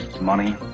money